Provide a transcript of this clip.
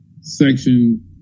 section